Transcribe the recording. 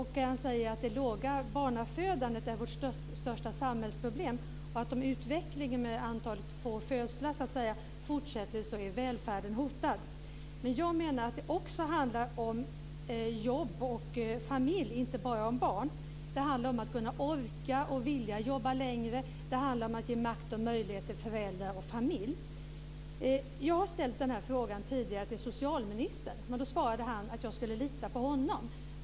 Han säger att det låga barnafödandet är vårt största samhällsproblem och att om utvecklingen med få födslar fortsätter är välfärden hotad. Jag menar att det också handlar om jobb och familj, inte bara om barn. Det handlar om att orka och vilja jobba längre. Det handlar om att ge makt och möjligheter till föräldrar och familj. Jag har ställt den här frågan tidigare till socialministern. Då svarade han att jag skulle lita på honom.